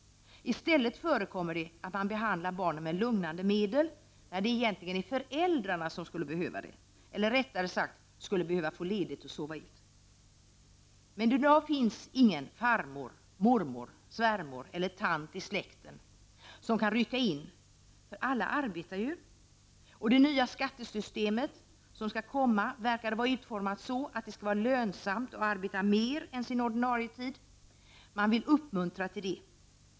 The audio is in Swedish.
I stället förekommer det att man behandlar barnen med lugnande medel när det egentligen är föräldrarna som skulle behöva det, eller rättare sagt skulle behöva få ledigt och sova ut. I dag finns ingen farmor, mormor, svärmor eller tant i släkten som kan rycka in, för alla arbetar ju. Det nya skattesystemet, som skall komma, verkar vara utformat så att det skall vara lönsamt att arbeta mer än sin ordinarie arbetstid. Man vill uppmuntra sådant arbete.